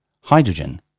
Hydrogen